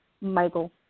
Michael